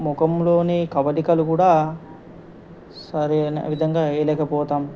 ముఖంలోని కవళికలు కూడా సరైన విధంగా వేయలేకపోతాం